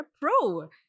pro